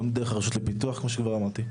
גם דרך הרשות לפיתוח כמו שגם אמרתי.